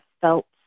felt